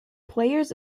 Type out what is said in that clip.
players